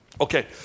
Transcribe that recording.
Okay